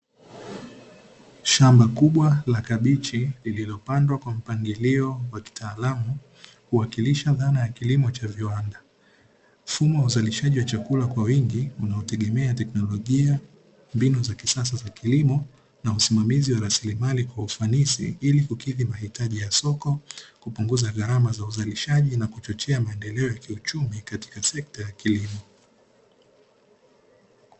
Shamba kubwa la kabichi lililopangwa kwa mpangilio wa kitaalamu, kuwakilisha dhana ya kilimo cha viwanda. Mfumo wa uzalishaji wa chakula kwa wingi unaotegemea teknolojia, mbinu za kisasa za kilimo na usimamizi wa rasilimali kwa ufanisi ili kukidhi mahitaji ya soko, kupunguza gharama za uzalishaji na kuchochea maendeleo ya kiuchumi katika sekta ya kilimo.